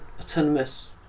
autonomous